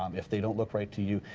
um if they don't look right to you,